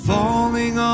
Falling